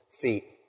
feet